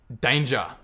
Danger